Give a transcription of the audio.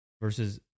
versus